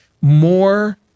more